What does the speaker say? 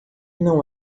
não